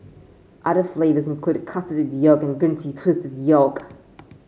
other flavours include custard with yolk and green tea twist with yolk